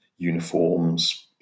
Uniforms